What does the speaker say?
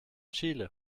chile